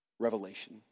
Revelation